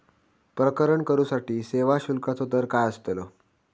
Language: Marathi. प्रकरण करूसाठी सेवा शुल्काचो दर काय अस्तलो?